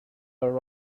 are